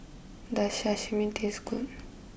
does Sashimi taste good